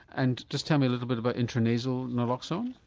and just tell me a little bit about intranasal naloxone?